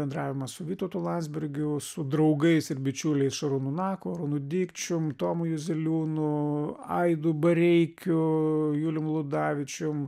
bendravimas su vytautu landsbergiu su draugais ir bičiuliais šarūnu naku arūnu dikčium tomu juzeliūnu aidu bareikiu julium ludavičium